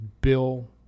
Bill